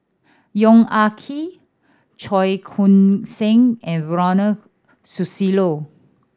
Yong Ah Kee Cheong Koon Seng and Ronald Susilo